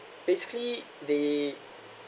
basically they